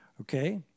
Okay